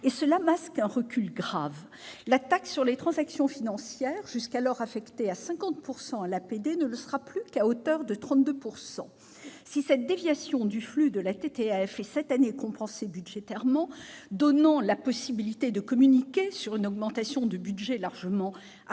Cela masque un recul grave. La taxe sur les transactions financières, jusqu'alors affectée à 50 % à l'APD, ne le sera plus qu'à hauteur de 32 %. Si cette déviation du flux de la TTF est, cette année, compensée budgétairement, donnant la possibilité de communiquer sur une augmentation de budget largement